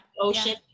ocean